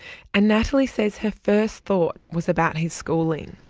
and natalie says her first thought was about his schooling.